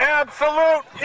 absolute